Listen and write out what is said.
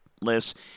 list